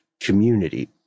community